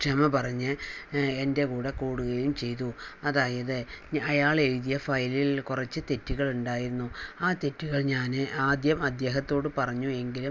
ക്ഷമ പറഞ്ഞ് എൻ്റെ കൂടെ കൂടുകയും ചെയ്തു അതായത് അയാൾ എഴുതിയ ഫയലിൽ കുറച്ച് തെറ്റുകൾ ഉണ്ടായിരുന്നു ആ തെറ്റുകൾ ഞാൻ ആദ്യം അദ്ദേഹത്തോട് പറഞ്ഞുവെങ്കിലും